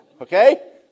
Okay